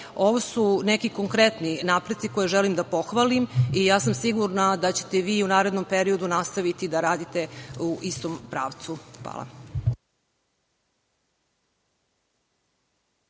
su neki konkretni napreci koje želim da pohvalim i ja sam sigurna da će te vi u narednom periodu nastaviti da radite u istom pravcu. Hvala.